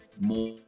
more